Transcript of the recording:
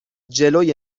جلوی